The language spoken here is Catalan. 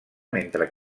mentre